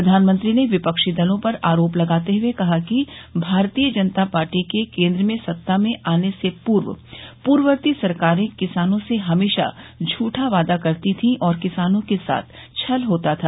प्रधानमंत्री ने विपक्षी दलों पर आरोप लगाते हुए कहा कि भारतीय जनता पार्टी के केन्द्र में सत्ता में आने से पूर्व पूर्ववर्ती सरकारे किसानों से हमेशा झूठा वादा करती थी और किसानों के साथ छल होता था